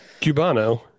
cubano